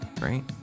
Right